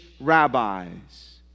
rabbis